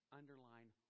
underline